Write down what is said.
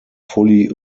fully